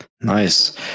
Nice